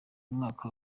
mwaka